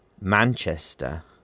Manchester